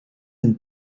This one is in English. and